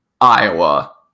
Iowa